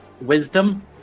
Wisdom